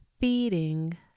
Feeding